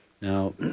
now